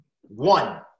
One